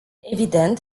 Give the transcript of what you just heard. evident